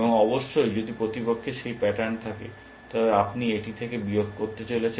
এবং অবশ্যই যদি প্রতিপক্ষের সেই প্যাটার্ন থাকে তবে আপনি এটি থেকে বিয়োগ করতে চলেছেন